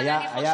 אבל אני חושבת,